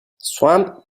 swamp